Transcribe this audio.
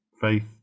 faith